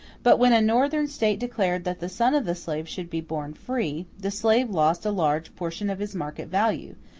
but when a northern state declared that the son of the slave should be born free, the slave lost a large portion of his market value,